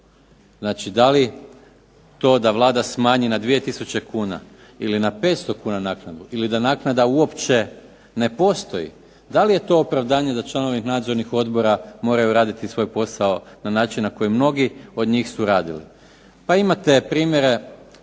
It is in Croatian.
Znači, da li to da Vlada smanji na 2000 kuna ili na 500 kuna naknadu ili da naknada uopće ne postoji, da li je to opravdanje da članovi nadzornih odbora moraju raditi svoj posao na način na koji mnogi od njih su radili? Pa imate primjere,